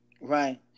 Right